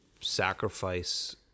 sacrifice